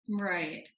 right